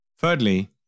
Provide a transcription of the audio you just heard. Thirdly